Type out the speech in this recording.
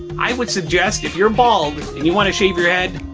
i would suggest if you're bald and you want to shave your head